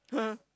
!huh!